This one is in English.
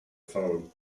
phone